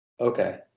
Okay